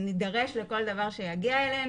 נידרש לכל דבר שיגיע אלינו,